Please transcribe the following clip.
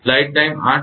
તેથી −80